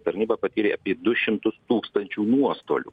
tarnyba patyrė apie du šimtus tūkstančių nuostolių